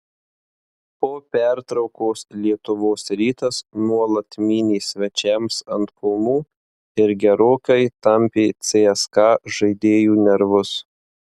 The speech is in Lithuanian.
po pertraukos lietuvos rytas nuolat mynė svečiams ant kulnų ir gerokai tampė cska žaidėjų nervus